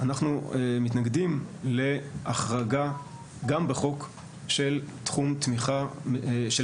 אנחנו מתנגדים להחרגה גם בחוק של תחום תמיכה של